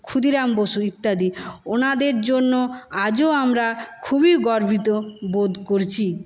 ক্ষুদিরাম বসু ইত্যাদি ওনাদের জন্য আজও আমরা খুবই গর্বিত বোধ করছি